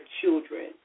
children